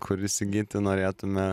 kur įsigyti norėtume